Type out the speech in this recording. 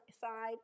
side